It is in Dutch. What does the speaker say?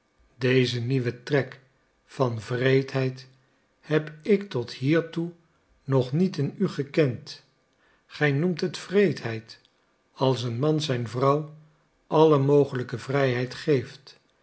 dezen nieuwen trek van wreedheid heb ik tot hiertoe nog niet in u gekend gij noemt het wreedheid als een man zijn vrouw alle mogelijke vrijheid geeft